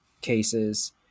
cases